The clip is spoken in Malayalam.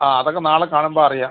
ആ അതൊക്കെ നാളെ കാണുമ്പോൾ അറിയാം